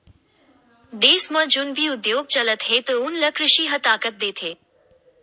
देस म जउन भी उद्योग चलत हे तउन ल कृषि ह ताकत देथे